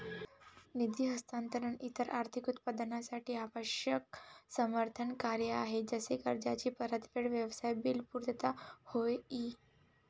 निधी हस्तांतरण इतर आर्थिक उत्पादनांसाठी आवश्यक समर्थन कार्य आहे जसे कर्जाची परतफेड, व्यवसाय बिल पुर्तता होय ई